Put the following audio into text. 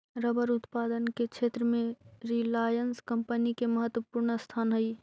rubber उत्पादन के क्षेत्र में रिलायंस कम्पनी के महत्त्वपूर्ण स्थान हई